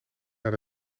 naar